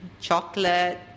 chocolate